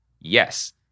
yes